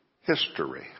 history